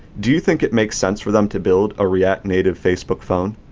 do you think it makes sense for them to build a react native facebook phone?